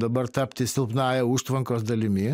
dabar tapti silpnąja užtvankos dalimi